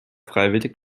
freiwillig